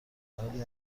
حالی